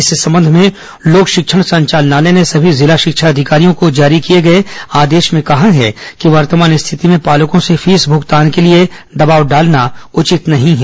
इस संबंध में लोक शिक्षण संचालनालय ने सभी जिला शिक्षा अधिकारियों को जारी किए गए आदेश में कहा है कि वर्तमान स्थिति में पालकों से फीस भूगतान के लिए दबाव डालना उचित नहीं है